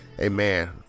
Amen